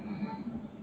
mmhmm